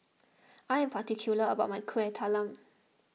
I am particular about my Kueh Talam